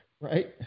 right